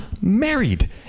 married